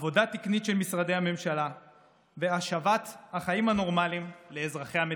עבודה תקנית של משרדי הממשלה והשבת החיים הנורמליים לאזרחי המדינה.